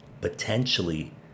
potentially